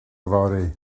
yfory